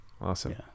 awesome